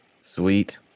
Sweet